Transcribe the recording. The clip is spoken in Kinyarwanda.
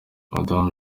madamu